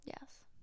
yes